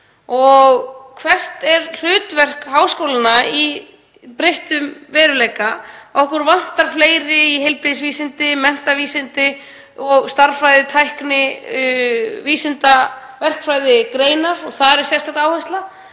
Og hvert er hlutverk háskólanna í breyttum veruleika? Okkur vantar fleiri í heilbrigðisvísindi, menntavísindi, stærðfræði, tækni-, vísinda- og verkfræðigreinar þar sem er sérstök áhersla.